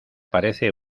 parece